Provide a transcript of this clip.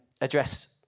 address